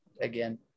again